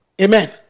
Amen